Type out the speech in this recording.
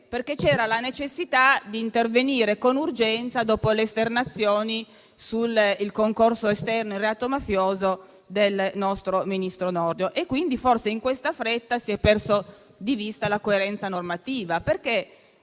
perché c'era la necessità di intervenire con urgenza dopo le esternazioni sul concorso esterno in reato mafioso del nostro ministro Nordio, e forse nella fretta si è persa di vista la coerenza normativa.